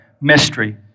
mystery